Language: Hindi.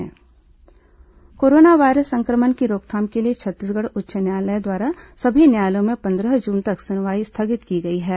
कोरोना हाईकोर्ट सुनवाई कोरोना वायरस संक्रमण की रोकथाम के लिए छत्तीसगढ़ उच्च न्यायालय द्वारा सभी न्यायालयों में पंद्रह जून तक सुनवाई स्थगित की गई हे